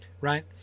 right